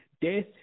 death